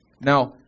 Now